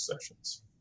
sessions